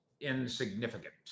insignificant